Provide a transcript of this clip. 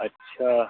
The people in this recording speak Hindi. अच्छा